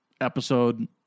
episode